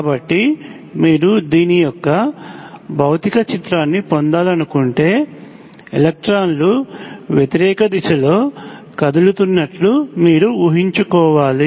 కాబట్టి మీరు దీని యొక్క భౌతిక చిత్రాన్ని పొందాలనుకుంటే ఎలక్ట్రాన్లు వ్యతిరేక దిశలో కదులుతున్నట్లు మీరు ఊహించుకోవాలి